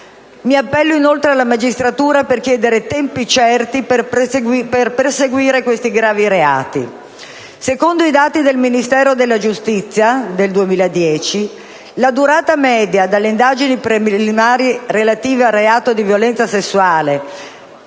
Mi appello, inoltre, alla magistratura per chiedere tempi certi per perseguire questi gravi reati. Secondo i dati del Ministero della giustizia, nel 2010 la durata media delle indagini preliminari relative al dato di violenza sessuale,